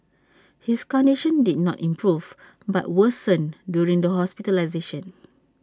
his condition did not improve but worsened during the hospitalisation